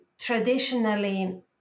Traditionally